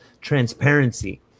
transparency